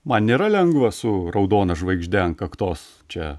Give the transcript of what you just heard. man nėra lengva su raudona žvaigžde ant kaktos čia